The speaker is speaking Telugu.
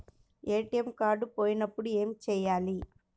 ఏ.టీ.ఎం కార్డు పోయినప్పుడు ఏమి చేయాలి?